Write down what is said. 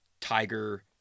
Tiger